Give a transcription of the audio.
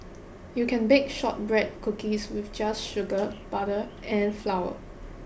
you can bake shortbread cookies with just sugar butter and flour